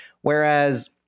Whereas